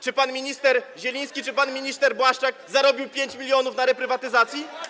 Czy pan minister Zieliński, czy pan minister Błaszczak zarobili 5 mln na reprywatyzacji?